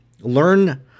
learn